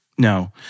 No